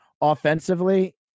offensively